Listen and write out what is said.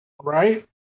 Right